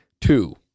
Two